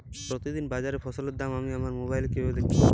প্রতিদিন বাজারে ফসলের দাম আমি আমার মোবাইলে কিভাবে দেখতে পাব?